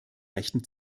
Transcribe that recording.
rechten